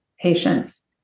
patients